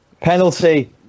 penalty